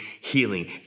healing